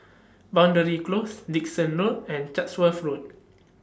Boundary Close Dickson Road and Chatsworth Road